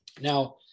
Now